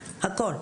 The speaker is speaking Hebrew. הכל.